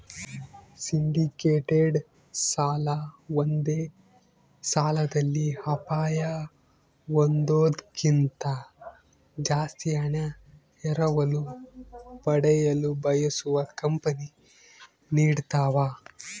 syndicated ಸಾಲ ಒಂದೇ ಸಾಲದಲ್ಲಿ ಅಪಾಯ ಹೊಂದೋದ್ಕಿಂತ ಜಾಸ್ತಿ ಹಣ ಎರವಲು ಪಡೆಯಲು ಬಯಸುವ ಕಂಪನಿ ನೀಡತವ